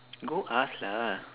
go ask lah